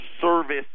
service